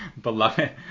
Beloved